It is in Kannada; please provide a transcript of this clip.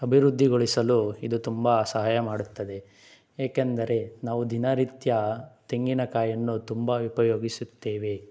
ಅಭಿವೃದ್ಧಿಗೊಳಿಸಲು ಇದು ತುಂಬ ಸಹಾಯ ಮಾಡುತ್ತದೆ ಏಕೆಂದರೆ ನಾವು ದಿನನಿತ್ಯ ತೆಂಗಿನಕಾಯನ್ನು ತುಂಬ ಉಪಯೋಗಿಸುತ್ತೇವೆ